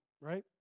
right